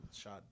shot